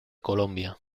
colombia